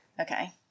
Okay